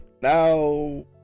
now